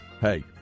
hey